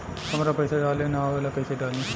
हमरा पईसा डाले ना आवेला कइसे डाली?